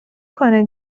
کنه